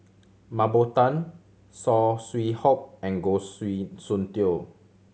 Mah Bow Tan Saw Swee Hock and Goh Soon Tioe